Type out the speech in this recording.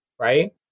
right